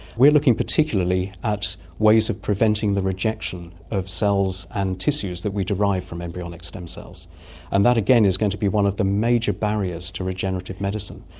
we're looking particularly at ways of preventing the rejection of cells and tissues that we derive from embryonic stem cells and that, again, is going to be one of the major barriers to regenerative medicine.